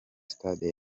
stade